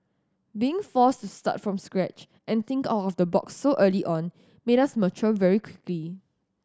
being forced to start from scratch and think out of the box so early on made us mature very quickly